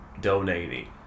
donating